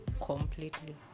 completely